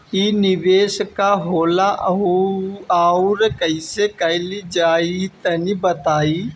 इ निवेस का होला अउर कइसे कइल जाई तनि बताईं?